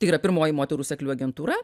tai yra pirmoji moterų seklių agentūra